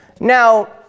Now